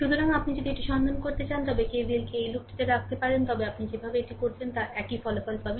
সুতরাং আপনি যদি এটি সন্ধান করতে চান তবে KVLকে এই লুপটিতে রাখতে পারেন আপনি যেভাবে এটি করতে পারেন তা আপনি একই ফলাফল পাবেন